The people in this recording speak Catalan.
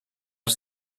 els